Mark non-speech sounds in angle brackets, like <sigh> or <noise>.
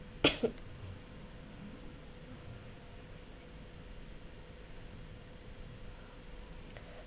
<coughs>